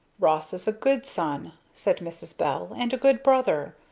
ross is a good son, said mrs. bell, and a good brother.